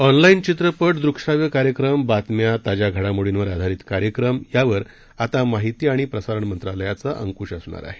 online चित्रपट दृकश्राव्य कार्यक्रम बातम्या ताज्या घडामोडींवर आधारित कार्यक्रम यावर आता माहिती आणि प्रसारण मंत्रालयाचा अंकूश असणार आहे